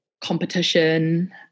competition